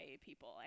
people